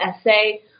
essay